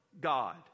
God